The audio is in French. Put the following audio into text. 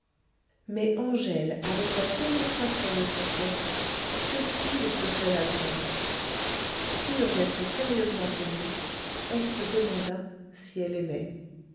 mais angèle avec la pénétration de son sexe surprit le secret d'alphonse sûre d'être sérieusement aimée elle se demanda si elle aimait